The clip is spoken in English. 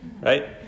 Right